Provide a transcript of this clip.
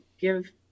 give